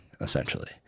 essentially